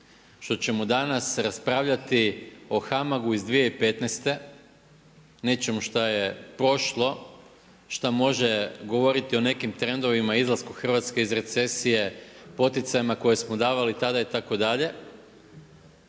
što ćemo danas raspravljati o HAMAG-u iz 2015. nečem što je prošlo, što može govoriti o nekim trendovima i izlasku Hrvatske iz recesije, poticajima koja smo davali tada itd., nije